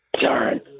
Darn